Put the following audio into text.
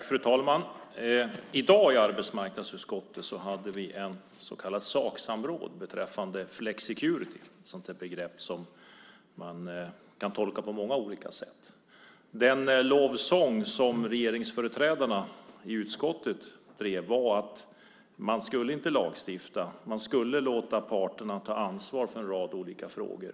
Fru talman! I dag hade vi i arbetsmarknadsutskottet ett så kallat saksamråd beträffande flexicurity , som är ett sådant där begrepp som man kan tolka på många olika sätt. Den lovsång som regeringsföreträdarna i utskottet sjöng handlade om att man inte skulle lagstifta utan man skulle låta parterna ta ansvar för en rad olika frågor.